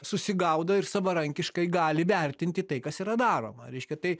susigaudo ir savarankiškai gali vertinti tai kas yra daroma reiškia tai